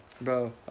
Bro